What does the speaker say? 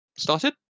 Started